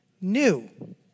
new